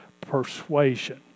persuasion